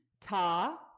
ta